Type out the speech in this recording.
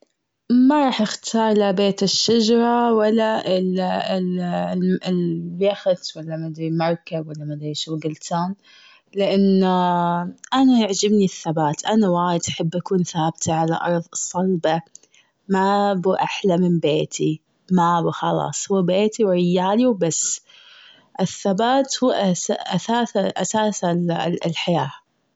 ما رح اختار لا بيت الشجرة ولا ال- اليخت ولا ما ادري مركب ولا مدري ايش هو قلتم؟ لأنه أنا يعجبني الثبات أنا وايد أحب أكون ثابتة على أرض الصلبة. ما بو أحلى من بيتي ما بو خلاص وبيتي وبس. الثبات هو أساس الحياة.